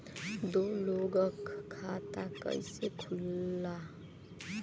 दो लोगक खाता कइसे खुल्ला?